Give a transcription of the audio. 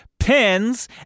pins